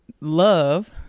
love